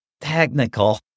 technical